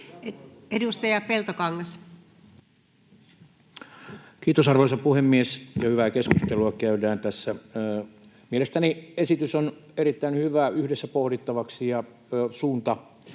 16:14 Content: Kiitos, arvoisa puhemies! Hyvää keskustelua käydään tässä. Mielestäni esitys on erittäin hyvä yhdessä pohdittavaksi, ja suunta